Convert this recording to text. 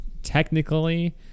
technically